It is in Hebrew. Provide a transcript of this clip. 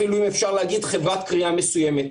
אפילו אם אפשר להגיד חברת כרייה מסוימת.